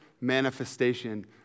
manifestation